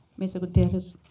mr. gutierrez,